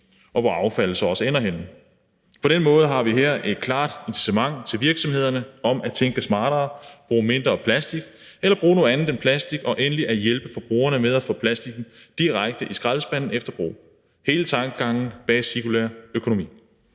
og hvor affaldet så også ender henne. På den måde har vi her et klart incitament til virksomhederne til at tænke smartere, bruge mindre plastik eller bruge noget andet end plastik og endelig at hjælpe forbrugerne med at få plastikken direkte i skraldespanden efter brug – det er hele tankegangen bag cirkulær økonomi.